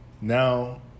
Now